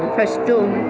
first